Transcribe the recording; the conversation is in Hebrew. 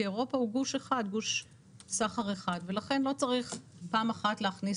אירופה היא גוש סחר אחד ולכן לא צריך פעם אחת להכניס